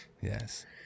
yes